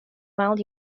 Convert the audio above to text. mild